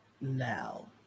now